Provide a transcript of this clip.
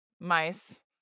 mice